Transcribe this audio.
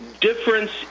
difference